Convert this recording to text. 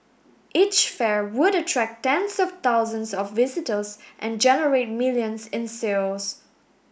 each fair would attract tens of thousands of visitors and generate millions in sales